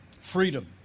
freedom